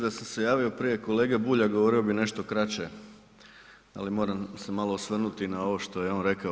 Da sam se javio prije kolege Bulja govorio bih nešto kraće, ali moram se malo osvrnuti i na ovo što je on rekao.